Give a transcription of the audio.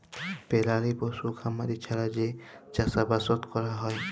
পেরালি পশু খামারি ছাড়া যে চাষবাসট ক্যরা হ্যয়